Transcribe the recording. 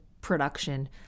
production